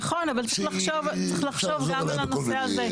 נכון, וצריך לחשוב גם על הנושא הזה.